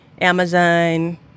Amazon